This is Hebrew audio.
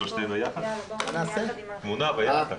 זה מה שאני רואה כרגע,